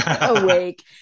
awake